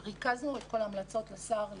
וריכזנו את כל המלצות השר לאישור.